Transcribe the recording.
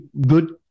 good